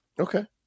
Okay